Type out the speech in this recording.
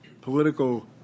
political